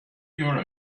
your